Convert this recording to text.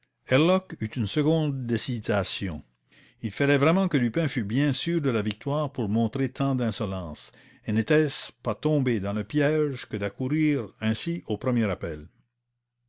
une seconde d'hésitation il fallait vraiment que lupin fût bien sûr de la victoire pour montrer tant d'insolence et n'était-ce pas tomber dans le piège que d'accourir ainsi au premier appel